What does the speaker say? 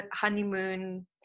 honeymoon